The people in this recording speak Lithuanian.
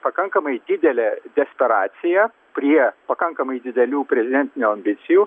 pakankamai didelė desperacija prie pakankamai didelių prezidentinių ambicijų